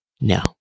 No